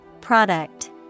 Product